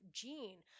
gene